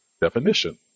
definition